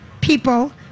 people